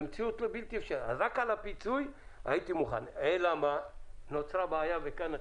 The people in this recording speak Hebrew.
בתיקון חקיקה ראשי,